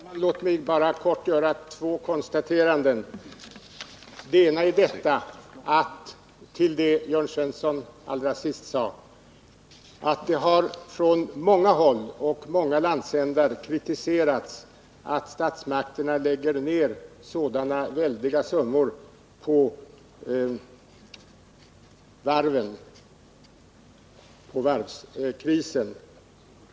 Herr talman! Låt mig bara kort göra två konstateranden. Det ena gäller det som Jörn Svensson sade allra sist. Det har från många håll och från många landsändar kritiserats att statsmakterna lägger ned sådana väldiga summor på varvskrisen.